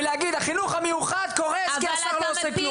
ולהגיד החינוך המיוחד קורס כי אתה לא עושה כלום.